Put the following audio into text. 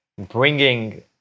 bringing